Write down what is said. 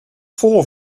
four